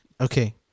okay